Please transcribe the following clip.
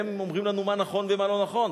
הם אומרים לנו מה נכון ומה לא נכון,